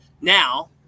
Now